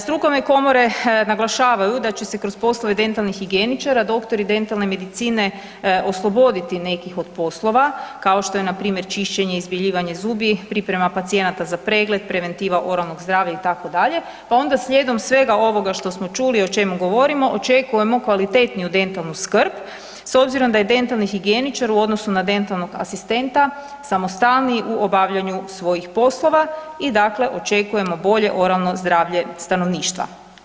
Strukovne komore naglašavaju da će se kroz poslove dentalnih higijeničara doktori dentalne medicine osloboditi nekih od poslova kao što je npr. čišćenje, izbjeljivanje zubi, priprema pacijenata za pregled, preventiva oralnog zdravlja itd., pa onda slijedom svega ovoga što smo čuli i o čemu govorimo očekujemo kvalitetniju dentalnu skrb s obzirom da je dentalni higijeničar u odnosu na dentalnog asistenta samostalniji u obavljanju svojih poslova i dakle očekujemo bolje oralno zdravlje stanovništva.